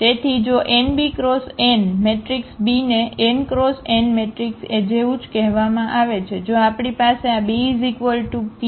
તેથી જો n b cross n matrix b ને n ક્રોસ n મેટ્રિક્સ એ જેવું જ કહેવામાં આવે છે જો આપણી પાસે આ BP 1AP છે